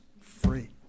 free